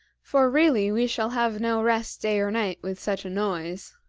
for really we shall have no rest day or night with such a noise